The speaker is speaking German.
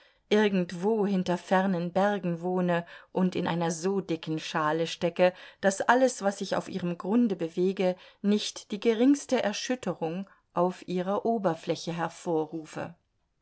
irgendwo hinter fernen bergen wohne und in einer so dicken schale stecke daß alles was sich auf ihrem grunde bewege nicht die geringste erschütterung auf ihrer oberfläche hervorrufe